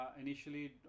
initially